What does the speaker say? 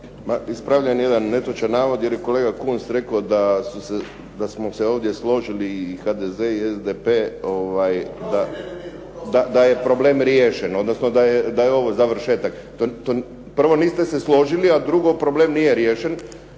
ispravljam jedan netočan navod jer je kolega Kunst rekao da smo se ovdje složili i HDZ i SDP da je problem riješen, odnosno da je ovo završetak. Prvo, niste se složili a drugo problem nije riješen